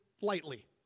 lightly